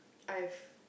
I've